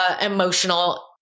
emotional